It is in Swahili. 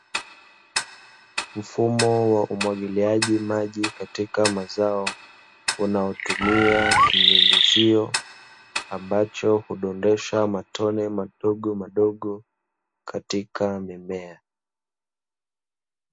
Mfumo wa umwagiliaji maji katika mazao unaotumia kinyunyuzio ambacho hudondosha matone madogomadogo katika mimea.